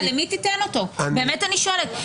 באמת אני שואלת.